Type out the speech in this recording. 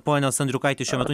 ponas andriukaitis šiuo metu